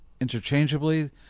interchangeably